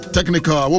Technical